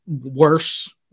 worse –